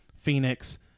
Phoenix